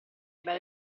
abbia